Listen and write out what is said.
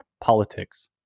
politics